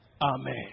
Amen